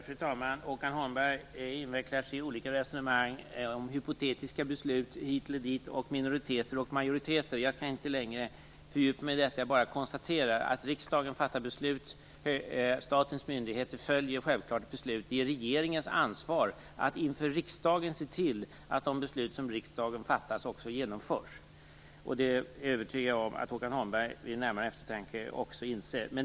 Fru talman! Håkan Holmberg invecklar sig i olika resonemang om hypotetiska beslut hit eller dit och minoriteter och majoriteter. Jag skall inte längre fördjupa mig i detta. Jag bara konstaterar att riksdagen fattar beslut och att statens myndigheter självfallet följer dessa beslut. Det är regeringens ansvar att inför riksdagen se till att de beslut som riksdagen fattar också genomförs. Jag är övertygad om att Håkan Holmberg vid närmare eftertanke också inser det.